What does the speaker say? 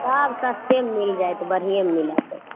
सभ सस्तेमे मिल जायत बढ़िए मिलत